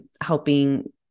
helping